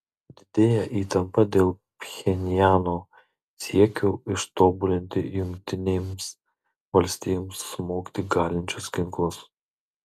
didėja įtampa dėl pchenjano siekio ištobulinti jungtinėms valstijoms smogti galinčius ginklus